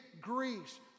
Greece